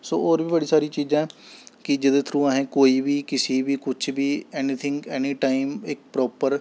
सो होर बी बड़ी सारी चीजां न कि जेह्दे थ्रू असें कोई बी किसै गी बी कुछ बी ऐनीथिंग ऐनीटाइम इक प्रापर